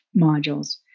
modules